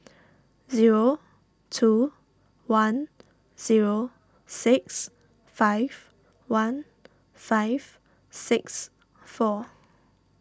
zero two one zero six five one five six four